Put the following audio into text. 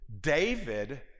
David